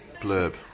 blurb